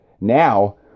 now